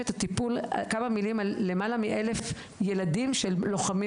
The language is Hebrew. אשת הטיפול להגיד כמה מילים על למעלה מאלף ילדים של לוחמים